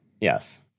Yes